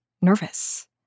Nervous